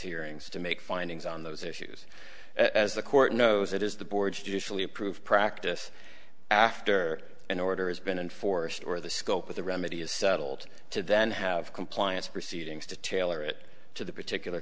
hearings to make findings on those issues as the court knows it is the board's judicially approved practice after an order has been enforced or the scope of the remedy is settled to then have compliance proceedings to tailor it to the particular